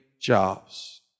jobs